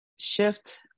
shift